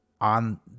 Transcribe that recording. on